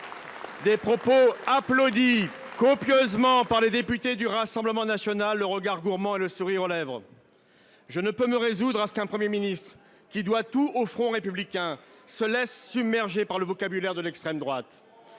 propos copieusement applaudis par les députés du Rassemblement national, le regard gourmand et le sourire aux lèvres ! Je ne peux me résoudre à ce qu’un Premier ministre qui doit tout au front républicain se laisse submerger par le vocabulaire de l’extrême droite.